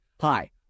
Hi